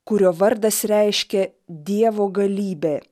kurio vardas reiškė dievo galybė